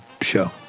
show